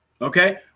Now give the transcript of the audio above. Okay